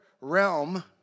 realm